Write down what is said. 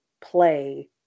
play